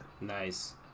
nice